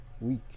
week